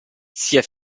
sia